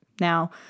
Now